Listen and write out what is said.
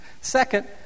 Second